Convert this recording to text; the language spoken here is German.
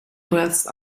vorerst